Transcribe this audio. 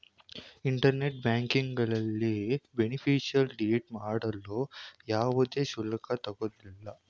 internet ಬ್ಯಾಂಕಿಂಗ್ನಲ್ಲಿ ಬೇನಿಫಿಷರಿನ್ನ delete ಮಾಡಲು ಯಾವುದೇ ಶುಲ್ಕ ತಗೊಳಲ್ಲ